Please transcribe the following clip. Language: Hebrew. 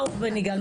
ברוך בן יגאל.